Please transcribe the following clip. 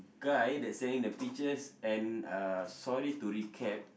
guy that's selling the peaches and uh sorry to recap